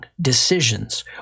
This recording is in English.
decisions